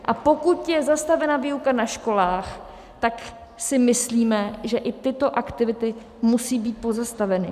A pokud je zastavena výuka na školách, tak si myslíme, že i tyto aktivity musí být pozastaveny.